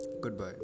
Goodbye